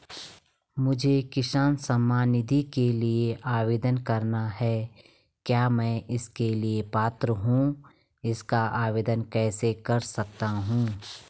मुझे किसान सम्मान निधि के लिए आवेदन करना है क्या मैं इसके लिए पात्र हूँ इसका आवेदन कैसे कर सकता हूँ?